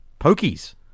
Pokies